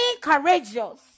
courageous